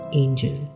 angel